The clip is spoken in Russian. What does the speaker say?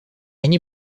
они